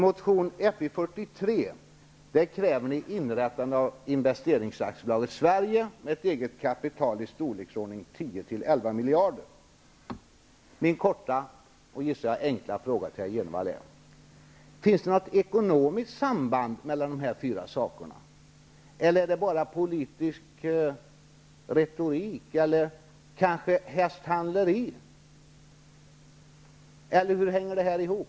Min korta och enkla fråga till herr Jenevall är: Finns det något ekonomiskt samband mellan de här fyra sakerna? Eller är det bara politisk retorik, eller kanske hästhandleri? Hur hänger det här ihop?